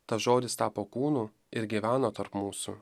tas žodis tapo kūnu ir gyveno tarp mūsų